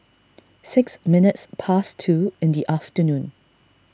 six minutes past two in the afternoon